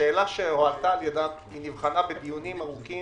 השאלה שהועלתה נבחנה בדיונים ארוכים